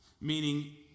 Meaning